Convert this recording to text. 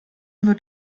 wird